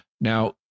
Now